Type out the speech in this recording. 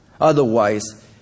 Otherwise